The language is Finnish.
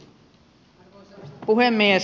arvoisa puhemies